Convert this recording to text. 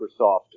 Microsoft